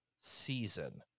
season